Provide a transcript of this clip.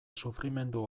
sufrimendu